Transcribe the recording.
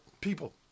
people